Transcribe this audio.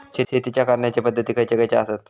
शेतीच्या करण्याचे पध्दती खैचे खैचे आसत?